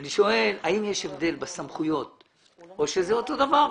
אני שואל האם יש הבדל בסמכויות או שזה אותו דבר,